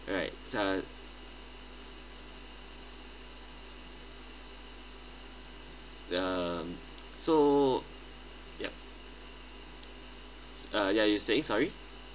alright uh um so yup uh ya you were saying sorry